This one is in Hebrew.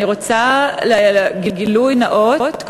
אני רוצה, גילוי נאות.